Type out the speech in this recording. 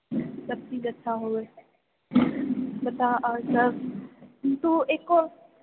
सब चीज अच्छा होवे छै बता आओर सब तू एको